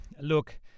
Look